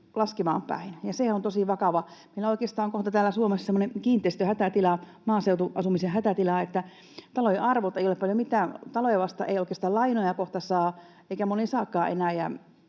laskemaan päin, ja se on tosi vakavaa. Meillä on oikeastaan kohta täällä Suomessa semmoinen kiinteistöhätätila, maaseutuasumisen hätätila, että talojen arvot eivät ole paljon mitään. Taloja vastaan ei oikeastaan lainoja kohta saa eikä moni saakaan enää,